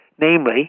namely